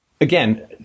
again